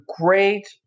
great